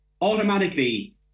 automatically